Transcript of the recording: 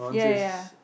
ya ya